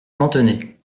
lanthenay